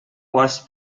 was